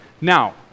Now